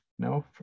No